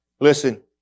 Listen